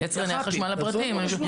את יצרני החשמל הפרטיים.